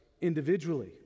individually